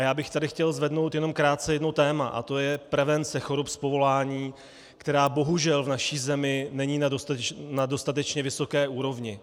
Já bych tady chtěl zvednout jenom krátce jedno téma a to je prevence chorob z povolání, která bohužel v naší zemi není na dostatečně vysoké úrovni.